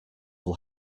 will